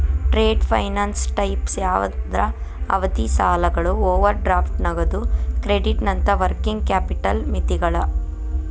trade finance types ಯಾವಂದ್ರ ಅವಧಿ ಸಾಲಗಳು ಓವರ್ ಡ್ರಾಫ್ಟ್ ನಗದು ಕ್ರೆಡಿಟ್ನಂತ ವರ್ಕಿಂಗ್ ಕ್ಯಾಪಿಟಲ್ ಮಿತಿಗಳ